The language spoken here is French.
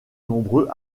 nombreux